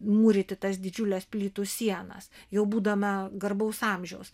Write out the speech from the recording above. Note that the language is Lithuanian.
mūryti tas didžiules plytų sienas jau būdama garbaus amžiaus